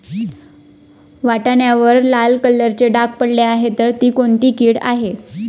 वाटाण्यावर लाल कलरचे डाग पडले आहे तर ती कोणती कीड आहे?